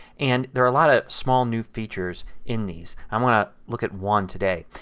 and there are a lot of small new features in these. i'm going to look at one today.